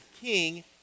king